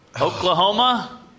Oklahoma